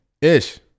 Ish